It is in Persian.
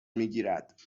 میگیرد